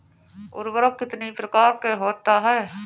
उर्वरक कितनी प्रकार के होता हैं?